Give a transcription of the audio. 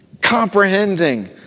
comprehending